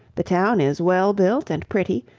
the town is well built and pretty,